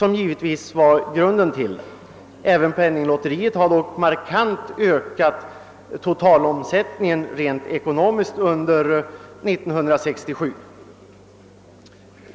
Men även penninglotteriet har markant ökat sin totalomsättning under 1967.